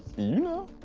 you know.